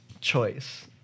choice